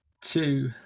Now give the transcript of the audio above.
two